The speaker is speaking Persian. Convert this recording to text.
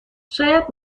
شاید